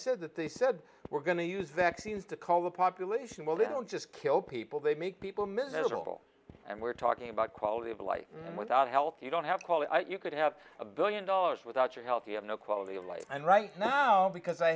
said that they said we're going to use that scene to call the population well they don't just kill people they make people middle and we're talking about quality of life without health you don't have called you could have a billion dollars without your health you have no quality of life and right now because i